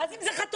ואז אם זה חתונה,